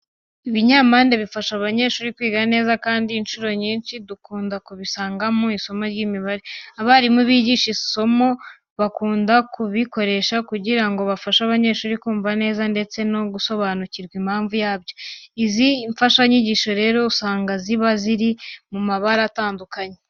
Ibinyampande bifasha abanyeshuri kwiga neza, kandi inshuro nyinshi dukunda kubisanga mu isomo ry'imibare. Abarimu bigisha iri somo bakunda kubikoresha kugira ngo bafashe abanyeshuri kumva neza ndetse no gusobanukirwa impamvu yabyo. Izi mfashanyigisho rero usanga ziba ziri mu mabara atanduakanye.